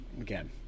again